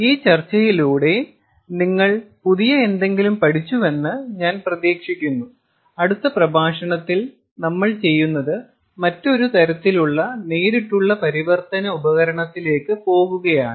ഈ ചർച്ചയിലൂടെ നിങ്ങൾ പുതിയ എന്തെങ്കിലും പഠിച്ചുവെന്ന് ഞാൻ പ്രതീക്ഷിക്കുന്നു അടുത്ത പ്രഭാഷണത്തിൽ നമ്മൾ ചെയ്യുന്നത് മറ്റൊരു തരത്തിലുള്ള നേരിട്ടുള്ള പരിവർത്തന ഉപകരണത്തിലേക്ക് പോകുകയാണ്